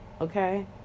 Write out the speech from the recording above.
okay